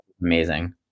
amazing